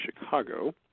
chicago